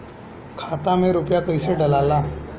खाता में रूपया कैसे डालाला?